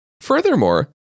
Furthermore